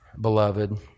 beloved